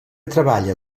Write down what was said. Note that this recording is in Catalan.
treballa